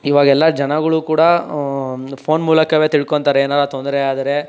ಇವಾಗೆಲ್ಲ ಜನಗಳು ಕೂಡ ಫೋನ್ ಮೂಲಕವೇ ತಿಳ್ಕೊಳ್ತಾರೆ ಏನಾರ ತೊಂದರೆ ಆದರೆ